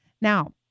Now